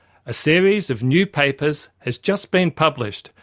a series of new papers has just been published,